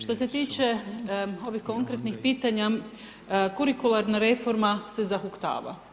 Što se tiče ovih konkretnih pitanja kurikularna reforma se zahuktava.